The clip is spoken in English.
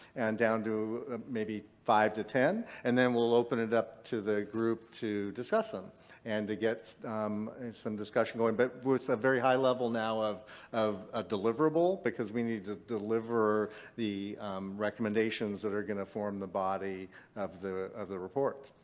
and down to maybe five to ten, and then we'll open it up to the group to discuss them and to get some discussion going. but with a very high level now of of ah deliverable, because we need to deliver the recommendations that are going to form the body of the of the report.